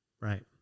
Right